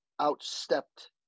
outstepped